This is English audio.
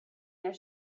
their